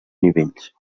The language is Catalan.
nivells